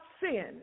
sin